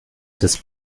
des